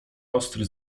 ostry